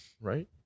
Right